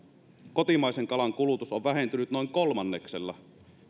kotimaisen kalan kulutus on vähentynyt noin kolmanneksella